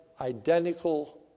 identical